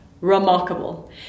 remarkable